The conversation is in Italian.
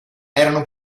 erano